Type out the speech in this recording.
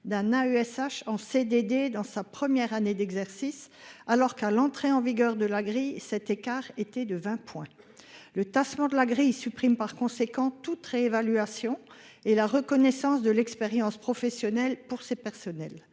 d'un AESH en CDD dans sa première année d'exercice, alors qu'à l'entrée en vigueur de la grille, cet écart était de 20. Le tassement de la grille supprime par conséquent toute réévaluation et la reconnaissance de l'expérience professionnelle pour ces personnels